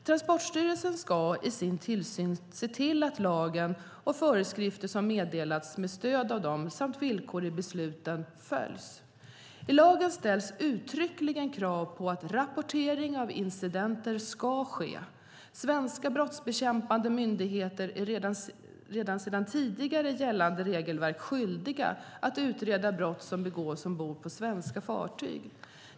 Transportstyrelsen ska i sin tillsyn se till att lagen och föreskrifter som meddelats med stöd av den samt villkor i besluten följs. I lagen ställs uttryckligen krav på att rapportering av incidenter ska ske. Svenska brottsbekämpande myndigheter är redan sedan tidigare gällande regelverk skyldiga att utreda brott som begås ombord på svenska fartyg.